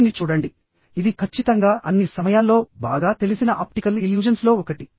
దీన్ని చూడండి ఇది ఖచ్చితంగా అన్ని సమయాల్లో బాగా తెలిసిన ఆప్టికల్ ఇల్యూజన్స్లో ఒకటి